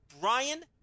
Brian